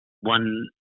One